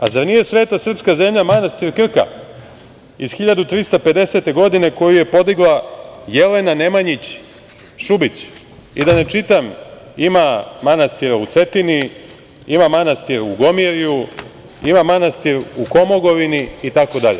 A zar nije sveta srpska zemlja manastir Krka iz 1350. godine koji je podigla Jelena Nemanjić Šubić i da ne čitam, ima manastira u Cetini, ima manastira u Gomirju, ima manastira u Komogovini, itd.